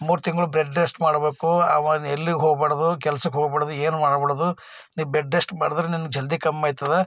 ಮೂರು ತಿಂಗಳು bed rest ಮಾಡಬೇಕು ಅವನು ಎಲ್ಲಿಗೂ ಹೋಗ್ಬಾರ್ದು ಕೆಲ್ಸಕ್ಕೆ ಹೋಗ್ಬಾರ್ದು ಏನೂ ಮಾಡಬಾರ್ದು ನೀ ಬೆಡ್ ರೆಶ್ಟ್ ಮಾಡಿದ್ರೆ ನಿನ್ಗೆ ಜಲ್ದಿ ಕಮ್ಮಿ ಆಗ್ತದೆ